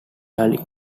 rarely